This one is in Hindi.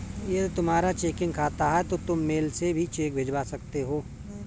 यदि तुम्हारा चेकिंग खाता है तो तुम मेल से भी चेक भिजवा सकते हो